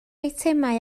eitemau